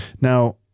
Now